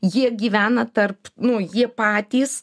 jie gyvena tarp nu jie patys